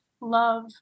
love